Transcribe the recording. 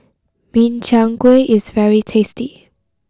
Min Chiang Kueh is very tasty